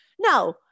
no